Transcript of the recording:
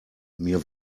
mir